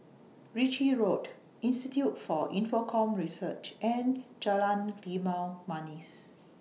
Ritchie Road Institute For Infocomm Research and Jalan Limau Manis